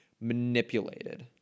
manipulated